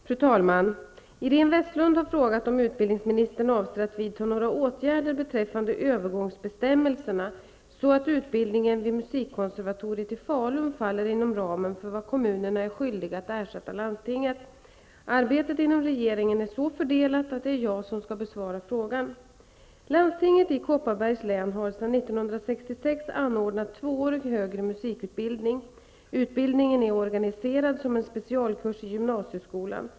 Fru talman! Iréne Vestlund har frågat mig om utbildningsministern avser att vidta åtgärder beträffande övergångsbestämmelserna så, att utbildningen vid musikkonservatoriet i Falun faller inom ramen för vad kommunerna är skyldiga att ersätta landstinget. Arbetet inom regeringen är så fördelat att det är jag som skall besvara frågan. Landstinget i Kopparbergs län har sedan 1966 anordnat en tvåårig högre musikutbildning. Utbildningen är organiserad som en specialkurs i gymnasieskolan.